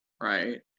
right